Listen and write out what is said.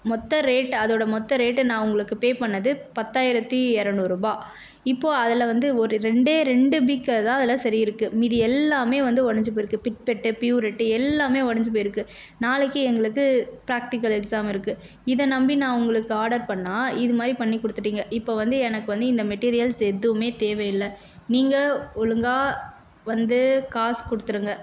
மொத்த ரேட் அதோட மொத்த ரேட்டு நான் உங்களுக்கு பே பண்ணிணது பத்தாயிரத்து இரநூறுபா இப்போது அதில் வந்து ஒரு ரெண்டே ரெண்டு பீக்கர் தான் அதில் சரி இருக்குது மீதி எல்லாமே வந்து உடஞ்சிப் போயிருக்குது பிட்பெட்டு ப்யூரெட்டு எல்லாமே உடஞ்சிப் போயிருக்குது நாளைக்கு எங்களுக்கு ப்ராக்டிகல் எக்ஸாம் இருக்குது இதை நம்பி நான் உங்களுக்கு ஆர்டர் பண்ணிணா இது மாதிரி பண்ணிக் கொடுத்துட்டீங்க இப்போ வந்து எனக்கு வந்து இந்த மெட்டீரியல்ஸ் எதுவுமே தேவையில்லை நீங்கள் ஒழுங்கா வந்து காசு கொடுத்துருங்க